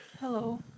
Hello